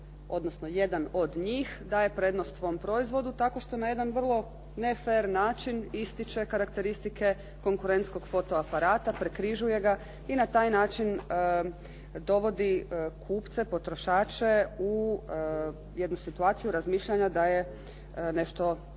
jedan od njih daje prednost svom proizvodu tako što na jedan vrlo nefer način ističe karakteristike konkurentskog fotoaparata, prekrižuje ga i na taj način dovodi kupce, potrošače u jednu situaciju razmišljanja da nešto nije